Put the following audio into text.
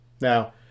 Now